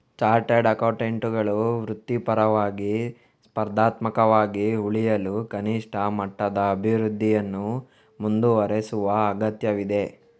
chartered ಅಕೌಂಟೆಂಟುಗಳು ವೃತ್ತಿಪರವಾಗಿ, ಸ್ಪರ್ಧಾತ್ಮಕವಾಗಿ ಉಳಿಯಲು ಕನಿಷ್ಠ ಮಟ್ಟದ ಅಭಿವೃದ್ಧಿಯನ್ನು ಮುಂದುವರೆಸುವ ಅಗತ್ಯವಿದೆ